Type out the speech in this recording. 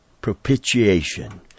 Propitiation